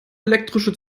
elektrische